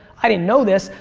i didn't know this,